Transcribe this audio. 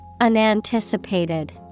Unanticipated